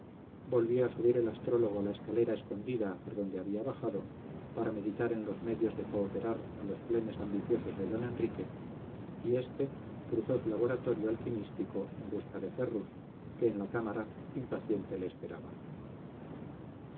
volvió a subir el astrólogo la escalera escondida por donde había bajado para meditar en los medios de cooperar a los planes ambiciosos de don enrique y éste cruzó su laboratorio alquimístico en busca de ferrus que en la cámara impaciente le esperaba